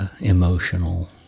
emotional